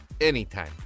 Anytime